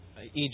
Egypt